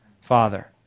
Father